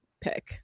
pick